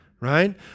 Right